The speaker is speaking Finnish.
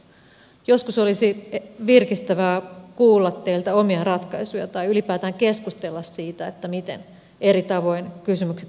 joskus olisi virkistävää kuulla teiltä omia ratkaisuja tai ylipäätään keskustella siitä miten eri tavoin kysymykset voidaan ratkaista